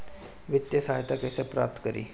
वित्तीय सहायता कइसे प्राप्त करी?